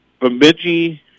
Bemidji